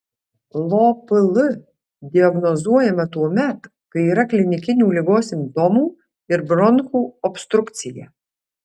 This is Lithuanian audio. lopl diagnozuojama tuomet kai yra klinikinių ligos simptomų ir bronchų obstrukcija